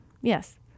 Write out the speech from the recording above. yes